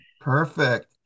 Perfect